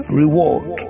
reward